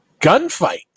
Gunfight